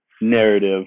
narrative